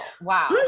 Wow